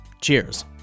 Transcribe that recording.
Cheers